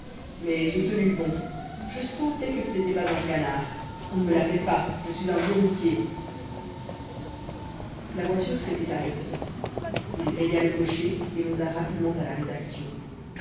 mais j'ai tenu bon je sentais que ce n'était pas un canard on ne me la fait pas je suis un vieux routier la voiture s'était arrêtée il paya le cocher et monta rapidement à la rédaction